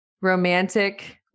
romantic